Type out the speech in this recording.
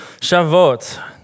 Shavuot